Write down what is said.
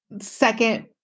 second